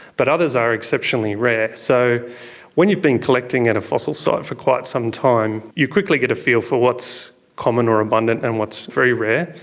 but others are exceptionally rare. so when you've been collecting at and a fossil site for quite some time, you quickly get a feel for what's common or abundant and what's very rare.